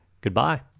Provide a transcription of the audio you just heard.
Goodbye